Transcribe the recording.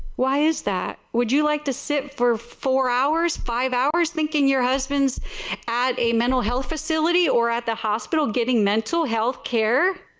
why is that? would you like to sit for four hours five hours thinking your husband at mental health facility or at the hospital getting mental health care